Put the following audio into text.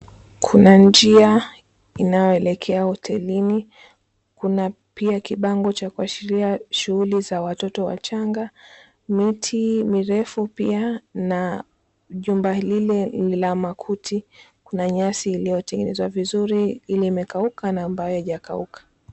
Kuna njia inayoelekea hotelini, kuna pia kibango cha kuashiria shughuli za watoto wachanga, miti mirefu pia na jumba lile ni la makuti na nyasi iliyotengenezwa vizuri yenye imekauka na ambayo haijakauka.